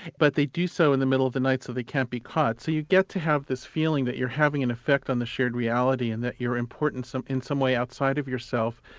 but they do so in the middle of the night so they can't be caught. so you get to have this feeling that you're having an effect on the shared reality, and that you're important in some way outside of yourself,